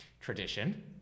Tradition